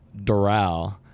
Doral